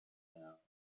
now